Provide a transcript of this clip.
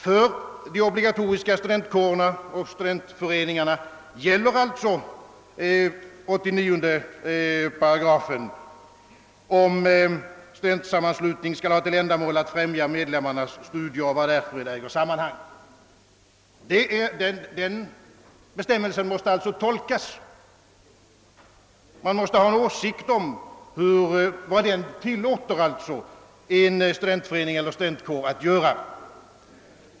För de obligatoriska studentkårerna och studentföreningarna gäller alltså 89 § om att studentsammanslutning skall ha till ändamål att främja medlemmarnas studier och vad därmed äger sammanhang. Denna bestämmelse måste alltså tolkas. Man måste ha en åsikt om vad den tillåter en studentförening eller studentkår att göra.